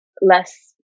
less